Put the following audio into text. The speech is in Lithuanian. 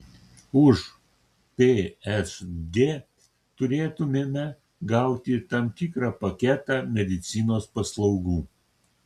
už psd turėtumėme gauti tam tikrą paketą medicinos paslaugų